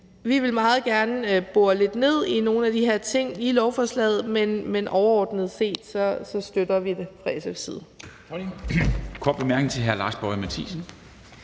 Vi vil meget gerne bore lidt ned i nogle af de her ting i lovforslaget, men overordnet set støtter vi det fra SF's side.